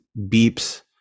beeps